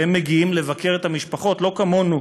והם מגיעים לבקר את המשפחות לא כמונו,